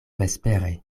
vespere